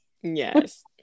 yes